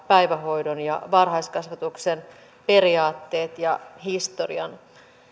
päivähoidon ja varhaiskasvatuksen periaatteet ja historian